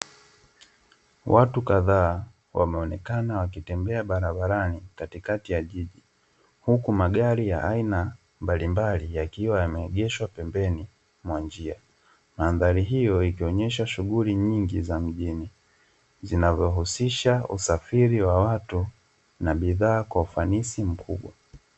Watu kadhaa wameonekana wakitembea barabarani katikati ya jiji. Huku magari ya aina mbalimbali yakiwa yameegeshwa pembeni mwa njia. Mandhari hiyo ikionyesha shughuli nyingi za mjini, zinavyohusisha usafiri wa watu na bidhaa kwa ufanisi mkubwa.